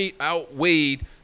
outweighed